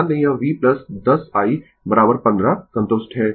ध्यान दें यह v 10 i 15 संतुष्ट है